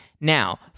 now